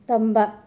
ꯇꯝꯕ